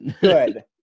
Good